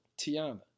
Tiana